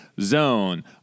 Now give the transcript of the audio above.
zone